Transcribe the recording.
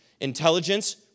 intelligence